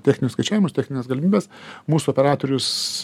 techninius skaičiavimus technines galimybes mūsų operatorius